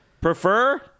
Prefer